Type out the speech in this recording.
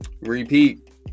Repeat